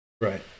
Right